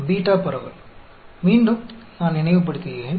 beta பரவல் மீண்டும் நான் நினைவுபடுத்துகிறேன்